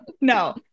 No